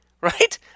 right